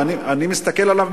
אני מסתכל עליו,